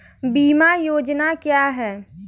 बीमा योजना क्या है?